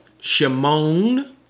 Shimon